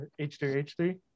H3H3